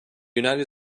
united